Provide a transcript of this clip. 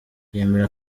yemera